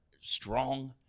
strong